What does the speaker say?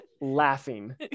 laughing